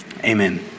Amen